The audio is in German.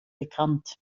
bekannt